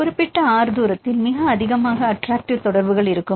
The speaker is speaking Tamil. எனவே குறிப்பிட்ட R தூரத்தில் மிக அதிகமாக அட்டராக்ட்டிவ் தொடர்புகள் இருக்கும்